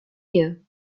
you